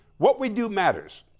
what we do matters,